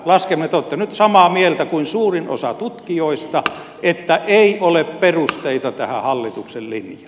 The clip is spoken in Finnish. te olette nyt samaa mieltä kuin suurin osa tutkijoista että ei ole perusteita tähän hallituksen linjaan